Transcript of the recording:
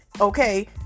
okay